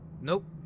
Nope